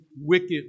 wicked